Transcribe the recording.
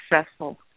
successful